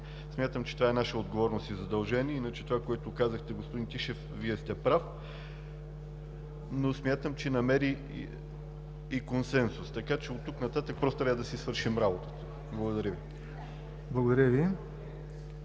Закон. Това е наша отговорност и задължение. Иначе за онова, което казахте, господин Тишев, Вие сте прав, но смятам, че намери и консенсус. Така че оттук нататък просто трябва да си свършим работата. Благодаря Ви. ПРЕДСЕДАТЕЛ